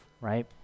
right